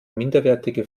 minderwertige